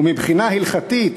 ומבחינה הלכתית,